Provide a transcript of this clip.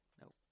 Nope